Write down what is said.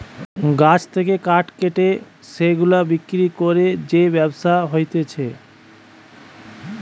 গাছ থেকে কাঠ কেটে সেগুলা বিক্রি করে যে ব্যবসা হতিছে